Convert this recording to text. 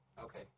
okay